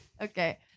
Okay